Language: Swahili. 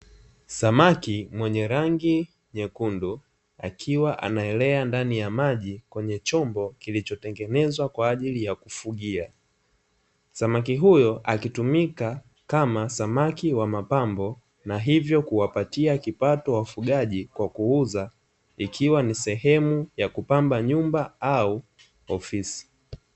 Samaki mwenye rangi nyekundu, akiwa anaelea ndani ya maji kwenye chombo kilichotengenezwa kwa ajili ya kufugia samaki huyo, akitumika kama samaki wa mapambo na hivyo kuwapatia kipato wafugaji kwa kuuza, ikiwa ni sehemu ya kupamba nyumba au ofisi.